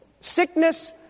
Sickness